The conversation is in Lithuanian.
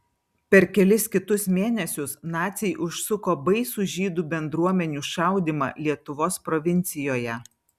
per kelis kitus mėnesius naciai užsuko baisų žydų bendruomenių šaudymą lietuvos provincijoje